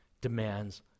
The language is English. demands